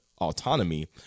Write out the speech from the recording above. autonomy